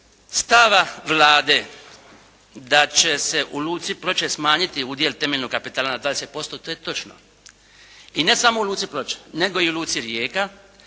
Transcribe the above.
stava Vlade da će se u luci Ploče smanjiti udjel temeljnog kapitala na 20%, to je točno. I ne samo u luci Ploče, nego i u luci Rijeka,